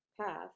path